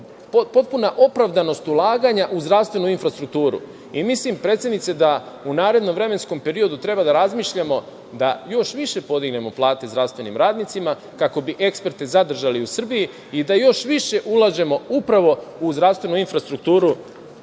potpuna opravdanost ulaganja u zdravstvenu infrastrukturu. Predsednice, mislim da u narednom vremenskom periodu treba da razmišljamo da još više podignemo plate zdravstvenim radnicima, kako bi eksperte zadržali u Srbiji, i da još više ulažemo upravo u zdravstvenu infrastrukturu,